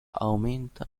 aumenta